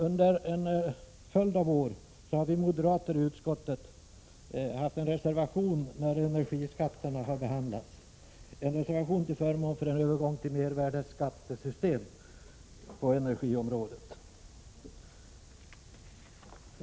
Under en följd av år har vi moderater i utskottet haft en reservation när energiskatterna har behandlats. Det är en reservation till förmån för en övergång till ett mervärdeskattesystem på energiområdet.